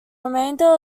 remainder